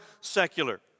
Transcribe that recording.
secular